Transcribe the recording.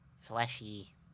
fleshy